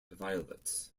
violets